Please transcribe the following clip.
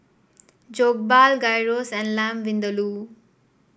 Jokbal Gyros and Lamb Vindaloo